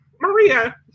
Maria